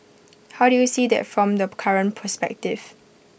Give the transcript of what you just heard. how do you see that from the current perspective